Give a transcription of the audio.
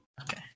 Okay